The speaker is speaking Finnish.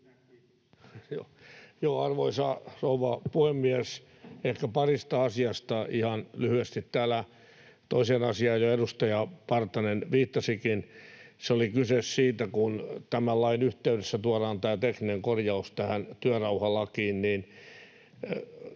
Arvoisa rouva puhemies! Ehkä parista asiasta ihan lyhyesti. Täällä toiseen asiaan jo edustaja Partanen viittasikin. Oli kyse siitä, että kun tämän lain yhteydessä tuodaan tämä tekninen korjaus tähän työrauhalakiin, niin